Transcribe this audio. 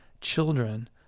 children